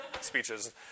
Speeches